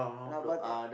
and about that